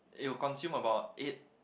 it will consume around eight